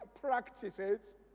practices